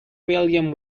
william